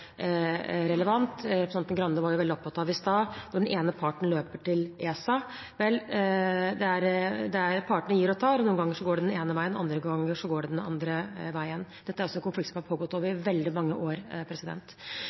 relevant. Representanten Grande var i stad veldig opptatt av at den ene parten løper til ESA. Vel, partene gir og tar. Noen ganger går det den ene veien, og andre ganger går det den andre veien. Dette er en konflikt som har pågått over veldig mange år.